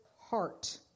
heart